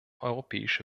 europäische